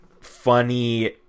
funny